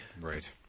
Right